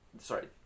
Sorry